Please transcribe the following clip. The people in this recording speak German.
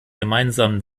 gemeinsamen